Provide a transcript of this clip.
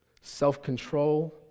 Self-control